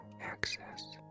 access